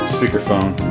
Speakerphone